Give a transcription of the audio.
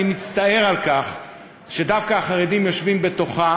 אני מצטער שדווקא החרדים יושבים בתוכה.